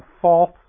false